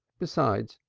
besides,